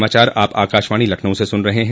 यह समाचार आप आकाशवाणी लखनऊ से सुन रहे हैं